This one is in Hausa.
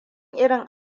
irin